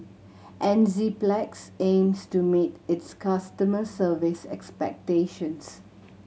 Enzyplex aims to meet its customers' service expectations